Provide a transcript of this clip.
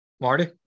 Marty